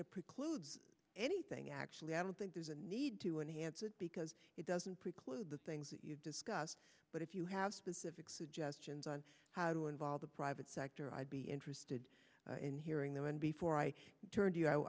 it precludes anything actually i don't think there's a need to enhance it because it doesn't preclude the things that you've discussed but if you have specific suggestions on how to involve the private sector i'd be interested in hearing them and before i turn to you i